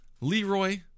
Leroy